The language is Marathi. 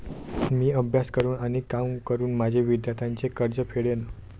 मी अभ्यास करून आणि काम करून माझे विद्यार्थ्यांचे कर्ज फेडेन